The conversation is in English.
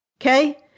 Okay